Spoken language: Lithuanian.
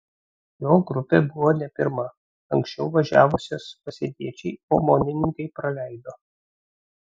jo grupė buvo ne pirma anksčiau važiavusias pasieniečiai omonininkai praleido